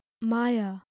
Maya